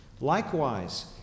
Likewise